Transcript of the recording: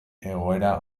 egoera